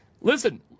Listen